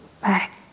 back